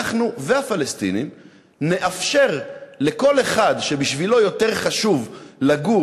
אנחנו והפלסטינים נאפשר לכל אחד שבשבילו יותר חשוב לגור,